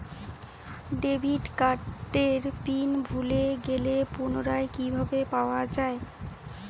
Debit কার্ডের pin ভুলে গেলে পুনরায় কিভাবে পাওয়া য়ায়?